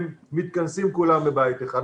הם מתכנסים כולם בבית אחד,